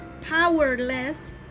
powerless